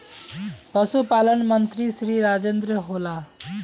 पशुपालन मंत्री श्री राजेन्द्र होला?